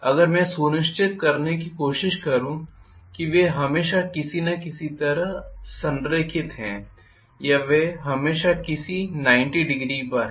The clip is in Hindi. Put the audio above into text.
अगर मैं यह सुनिश्चित करने की कोशिश करूँ कि वे हमेशा किसी न किसी तरह संरेखित हैं या वे हमेशा किसी 900 पर हैं